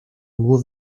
nur